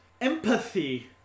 Empathy